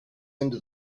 into